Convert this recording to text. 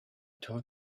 tow